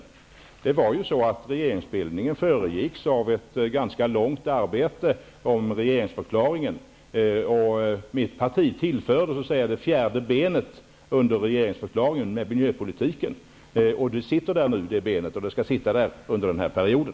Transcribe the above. Jag vill då än en gång understryka att regeringsbildningen föregicks av ett ganska långvarigt arbete med regeringsförklaringen och att mitt parti så att säga tillförde det fjärde benet under regeringsförklaringen, nämligen miljöpolitiken. Det benet sitter där nu, och det skall sitta där under den här mandatperioden.